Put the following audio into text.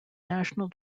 national